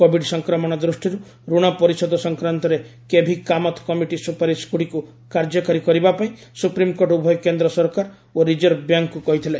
covid ସଂକ୍ରମଣ ଦୃଷ୍ଟିରୁ ଋଣ ପରିଶୋଧ ସଂକ୍ରାନ୍ତରେ କେଭିକାମତ୍ କମିଟି ସୁପାରିଶ ଗୁଡ଼ିକୁ କାର୍ଯ୍ୟକାରୀ କରିବାପାଇଁ ସୁପ୍ରିମକୋର୍ଟ ଉଭୟ କେନ୍ଦ୍ର ସରକାର ଓ ରିଜର୍ଭ ବ୍ୟାଙ୍କକୁ କହିଥିଲେ